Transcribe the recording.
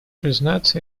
признать